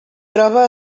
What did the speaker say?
troba